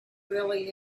really